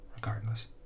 regardless